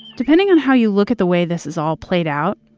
depending on how you look at the way this is all played out,